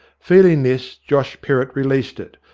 feeling this, josh perrott released it,